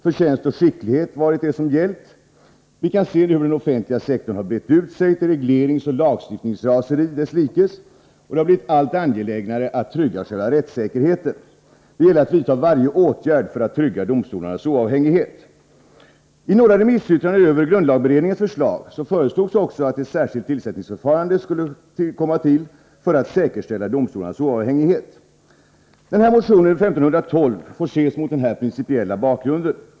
Förtjänst och skicklighet har varit de grunder som gällt. Vi kan se hur den offentliga sektorn har brett ut sig med bl.a. regleringsoch lagstiftningsraseri. Det har blivit allt angelägnare att trygga själva rättssäkerheten. Det gäller att vidta varje åtgärd för att trygga domstolarnas oavhängighet. I några remissyttranden över grundlagberedningens förslag föreslogs också att ett särskilt tillsättningsförfarande skulle komma till för att säkerställa domstolarnas oavhängighet. Motion 1512 bör ses mot den principiella bakgrunden.